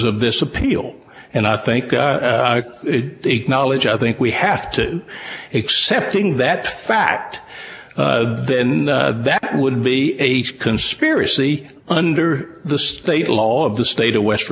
of this appeal and i think the knowledge i think we have to accepting that fact that would be a conspiracy under the state law of the state of west